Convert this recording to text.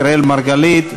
אראל מרגלית,